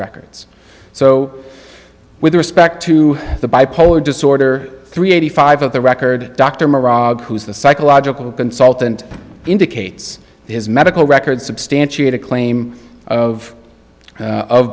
records so with respect to the bipolar disorder three eighty five of the record dr morag who is the psychological consultant indicates his medical records substantiate a claim of